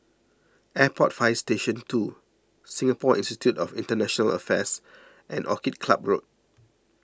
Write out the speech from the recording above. Airport Fire Station two Singapore Institute of International Affairs and Orchid Club Road